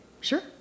Sure